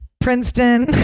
Princeton